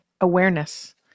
Awareness